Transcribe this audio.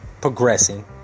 progressing